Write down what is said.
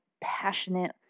passionate